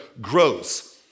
Grows